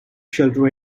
shelter